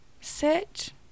Sit